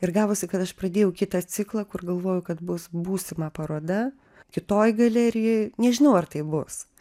ir gavosi kad aš pradėjau kitą ciklą kur galvojau kad bus būsima paroda kitoj galerijoj nežinau ar tai bus